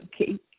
Okay